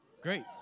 Great